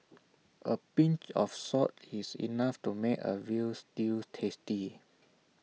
A pinch of salt is enough to make A Veal Stew tasty